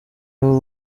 ubu